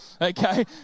okay